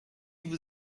vous